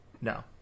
No